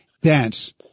dance